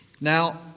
Now